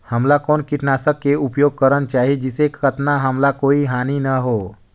हमला कौन किटनाशक के उपयोग करन चाही जिसे कतना हमला कोई हानि न हो?